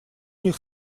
них